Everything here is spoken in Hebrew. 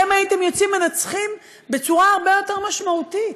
הייתם יוצאים מנצחים בצורה הרבה יותר משמעותית.